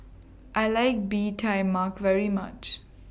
I like Bee Tai Mak very much